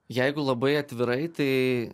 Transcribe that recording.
jeigu labai atvirai tai